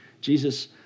Jesus